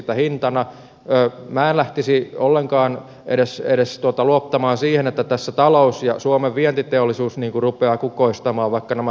minä en lähtisi ollenkaan edes luottamaan siihen että tässä talous ja suomen vientiteollisuus rupeavat kukoistamaan vaikka nämä hyväksyttäisiin